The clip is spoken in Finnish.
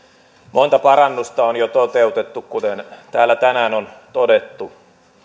monta parannusta on jo toteutettu kuten täällä tänään on todettu